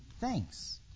thanks